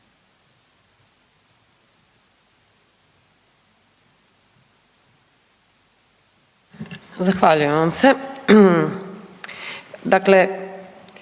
Zahvaljujem vam se.